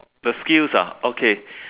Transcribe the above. the skills ah okay